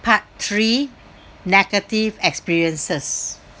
part three negative experiences